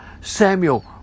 Samuel